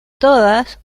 todas